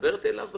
מדברת אליו בכלל?